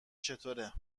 چطوره